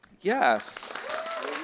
Yes